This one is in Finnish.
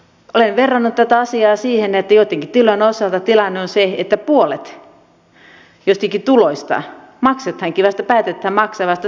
olen verrannut tätä asiaa siihen että joittenkin tilojen osalta tilanne on se että puolet joistakin tuloista maksetaankin päätetään maksaa vasta seuraavana vuonna